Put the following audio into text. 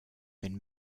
been